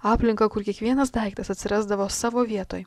aplinką kur kiekvienas daiktas atsirasdavo savo vietoj